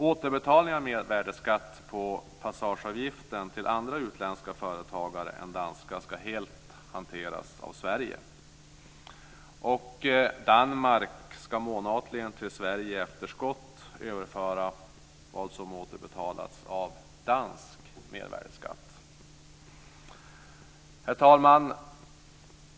Återbetalningen av mervärdesskatt på passageavgiften till andra utländska företagare än danska ska helt hanteras av Sverige. Danmark ska månatligen till Sverige i efterskott överföra vad som återbetalats av dansk mervärdesskatt. Herr talman!